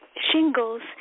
shingles